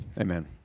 Amen